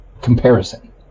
comparison